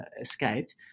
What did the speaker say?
escaped